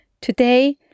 Today